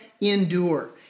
endure